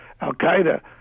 al-Qaeda